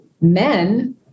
men